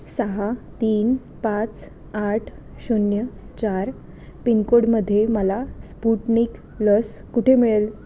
सहा तीन पाच आठ शून्य चार पिनकोडमध्ये मला स्पुटनिक लस कुठे मिळेल